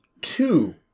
two